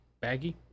baggy